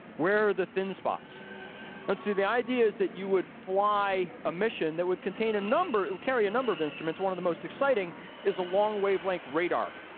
where are the thin spots? but see the idea is that you would fly a mission that would contain a number, it would carry a number of instruments. one of the most exciting is a long wavelength radar.